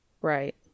Right